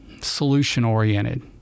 solution-oriented